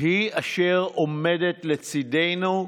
היא אשר עומדת לצידנו,